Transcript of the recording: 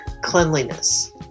cleanliness